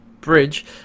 bridge